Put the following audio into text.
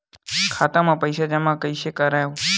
खाता म पईसा जमा कइसे करव?